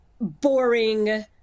boring